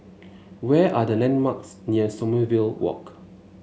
where are the landmarks near Sommerville Walk